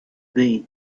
day